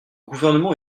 gouvernement